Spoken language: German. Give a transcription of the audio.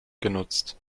genutzt